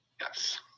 Yes